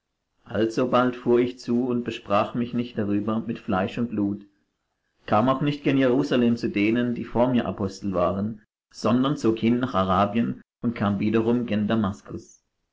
alsobald fuhr ich zu und besprach mich nicht darüber mit fleisch und blut kam auch nicht gen jerusalem zu denen die vor mir apostel waren sondern zog hin nach arabien und kam wiederum gen damaskus